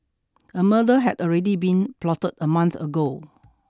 a murder had already been plotted a month ago